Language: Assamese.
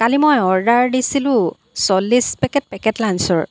কালি মই অৰ্ডাৰ দিছিলোঁ চল্লিছ পেকেট পেকেটলান্সৰ